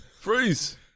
freeze